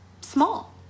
small